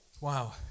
Wow